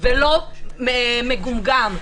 ולא מגומגם.